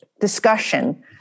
discussion